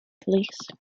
police